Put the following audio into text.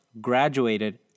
graduated